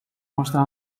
mazda